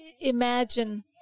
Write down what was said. imagine